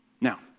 Now